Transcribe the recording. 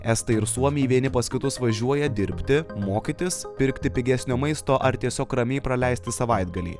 estai ir suomiai vieni pas kitus važiuoja dirbti mokytis pirkti pigesnio maisto ar tiesiog ramiai praleisti savaitgalį